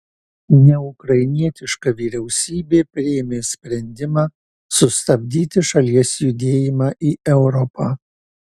neukrainietiška vyriausybė priėmė sprendimą sustabdyti šalies judėjimą į europą